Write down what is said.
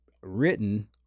written